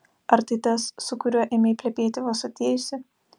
ar tai tas su kuriuo ėmei plepėti vos atėjusi